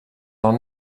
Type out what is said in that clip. are